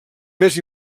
més